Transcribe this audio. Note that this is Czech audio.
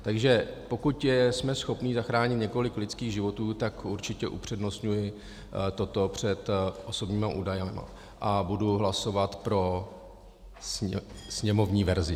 Takže pokud jsme schopni zachránit několik lidských životů, tak určitě upřednostňuji toto před osobními údaji a budu hlasovat pro sněmovní verzi.